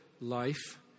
life